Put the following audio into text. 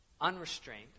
unrestrained